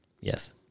Yes